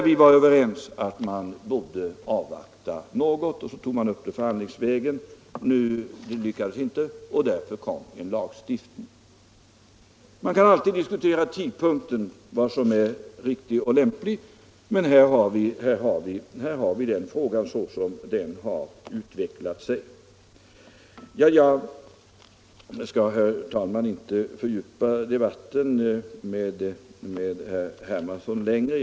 Vi var överens om att man borde avvakta något. Så togs frågan upp förhandlingsvägen, men det lyckades inte, och därför kom en lagstiftning. Man kan alltid diskutera vilken tidpunkt som är riktig och lämplig. Men här har vi frågan som den har utvecklat sig. Jag skall, herr talman, inte fördjupa debatten med herr Hermansson längre.